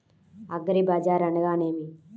అగ్రిబజార్ అనగా నేమి?